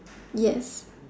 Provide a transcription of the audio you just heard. yes